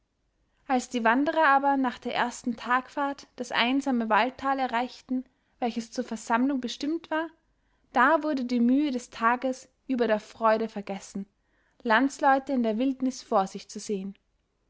als die wanderer aber nach der ersten tagfahrt das einsame waldtal erreichten welches zur versammlung bestimmt war da wurde die mühe des tages über der freude vergessen landsleute in der wildnis vor sich zu sehen